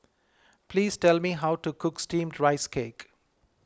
please tell me how to cook Steamed Rice Cake